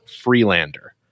Freelander